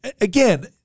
again